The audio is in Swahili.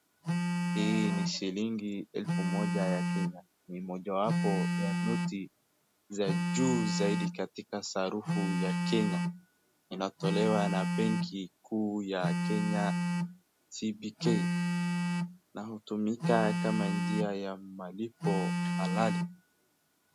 Hii ni shilingi elfu moja ya Kenya. Ni mojawapo ya noti za juu zaidi katika sarufu ya Kenya. Inatolewa na benki kuu ya Kenya CBK na hutumika kama njia ya malipo halali.